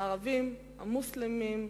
הערבים, המוסלמים,